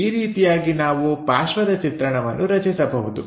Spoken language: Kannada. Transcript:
ಈ ರೀತಿಯಾಗಿ ನಾವು ಪಾರ್ಶ್ವದ ಚಿತ್ರಣವನ್ನು ರಚಿಸಬಹುದು